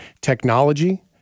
technology